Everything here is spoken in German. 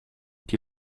die